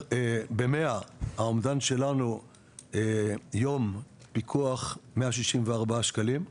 ב-100 האומדן שלנו יום פיקוח 164 שקלים,